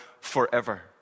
forever